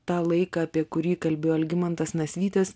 tą laiką apie kurį kalbėjo algimantas nasvytis